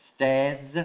Stairs